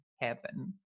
heaven